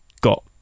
got